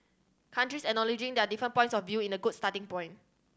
countries acknowledging their different points of view is a good starting point